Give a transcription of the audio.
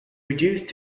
reduced